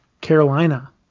carolina